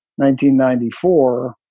1994